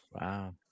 Wow